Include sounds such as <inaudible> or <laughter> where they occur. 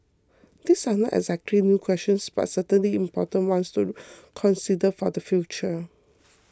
these are not exactly new questions but certainly important ones to <noise> consider for the future